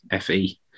FE